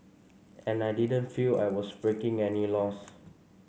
and I didn't feel I was breaking any laws